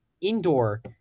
indoor